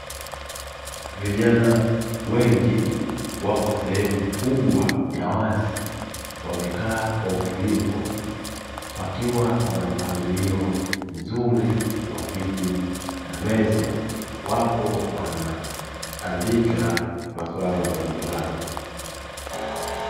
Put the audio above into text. Vijana wengi wapo sehemu kubwa ya wazi, wamekaa kwa utulivu pakiwa pakiwa pana mpangilio mzuri wa viti na meza, wapo wanaandika maswala mbalimbali.